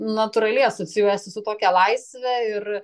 natūraliai asocijuojasi su tokia laisve ir